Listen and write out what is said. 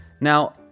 Now